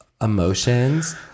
emotions